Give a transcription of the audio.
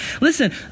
Listen